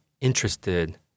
interested